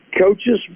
coaches